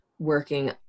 working